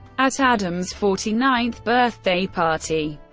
at adam's forty ninth birthday party,